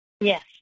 Yes